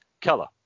Keller